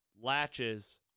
latches